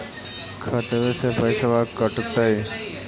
खतबे से पैसबा कटतय?